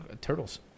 turtles